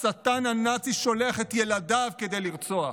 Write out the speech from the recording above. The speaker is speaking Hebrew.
השטן הנאצי שולח את ילדיו כדי לרצוח.